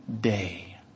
day